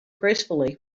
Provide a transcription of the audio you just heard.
gracefully